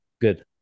good